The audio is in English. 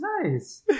nice